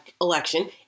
election